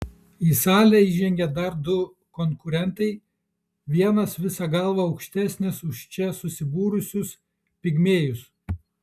į salę įžengia dar du konkurentai vienas visa galva aukštesnis už čia susibūrusius pigmėjus